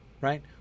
right